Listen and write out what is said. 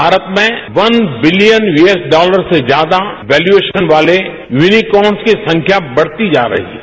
भारत में one billion वियर्स dollar से ज्यादा वैल्यूएशन वाले विनिकॉम की संख्या बढती जा रही है